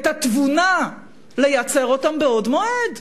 התבונה לייצר אותם מבעוד מועד.